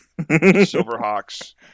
Silverhawks